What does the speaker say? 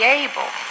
able